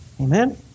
Amen